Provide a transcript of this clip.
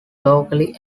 locally